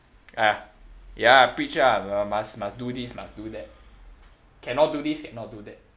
ah ya preach ah must must do this must do that cannot do this cannot do that